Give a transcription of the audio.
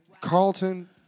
Carlton